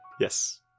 Yes